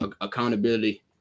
Accountability